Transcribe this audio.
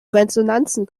resonanzen